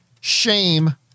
shame